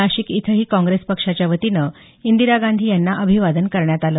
नाशिक इथंही काँग्रेस पक्षाच्या वतीनं इंदिरा गांधी यांना अभिवादन करण्यात आलं